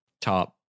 top